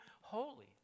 holy